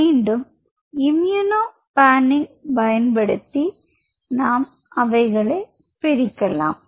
மீண்டும் immunopanning பயன்படுத்தி நாம் அவைகளை பிரிக்கலாம்